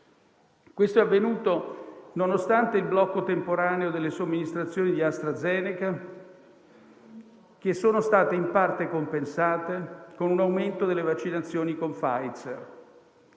Questo è avvenuto nonostante il blocco temporaneo delle somministrazioni di AstraZeneca, che sono state in parte compensate con un aumento delle vaccinazioni con Pfizer,